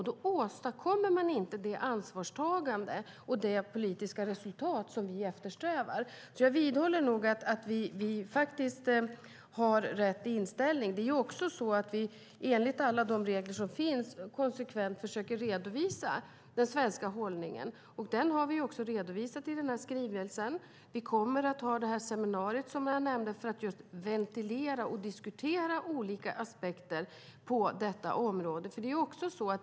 Då åstadkommer man inte det ansvarstagande och det politiska resultat som vi eftersträvar. Jag vidhåller att vi har rätt inställning. Enligt alla de regler som finns försöker vi konsekvent redovisa den svenska hållningen. Den har vi också redovisat i skrivelsen. Vi kommer att ha det seminarium jag nämnde för att ventilera och diskutera olika aspekter på detta område.